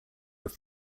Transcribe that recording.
were